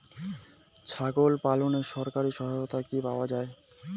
ছাগল পালনে সরকারি সহায়তা কি পাওয়া যায়?